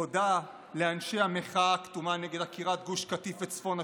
תודה לאנשי המחאה הכתומה נגד עקירת גוש קטיף וצפון השומרון,